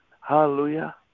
Hallelujah